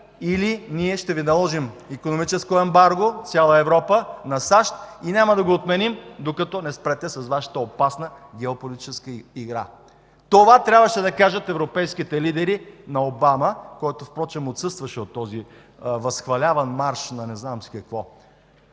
или ние ще Ви наложим икономическо ембарго – цяла Европа, на САЩ и няма да го отменим, докато не спрете с Вашата опасна геополитическа игра”. Това трябваше да кажат европейските лидери на Обама, който, впрочем, отсъстваше от този възхваляван марш на не знам си какво.